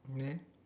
and then